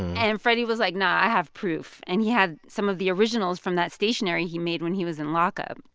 and freddy was like, nah, i have proof. and he had some of the originals from that stationary he made when he was in lockup.